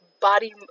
body